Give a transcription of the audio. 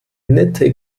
nette